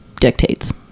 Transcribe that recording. dictates